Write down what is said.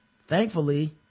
Thankfully